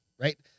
Right